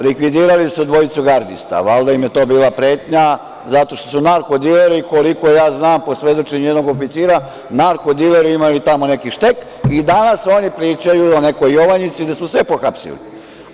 Likvidirali su dvojicu gardista, valjda im je to bila pretnja, zato što su narkodileri, a koliko ja znam po svedočenju jednog oficira, narkodileri imaju tamo neki štek i danas oni pričaju o nekoj Jovanjici da su sve pohapsili.